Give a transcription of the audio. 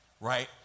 right